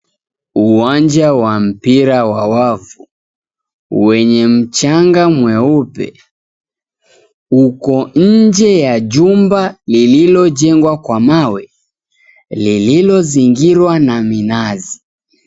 Uwanja wa mpira wa wavu wenye mchanga mweupe uko nje ya jumba liliyojengwa kwa mawe lililozingirwa na minazi.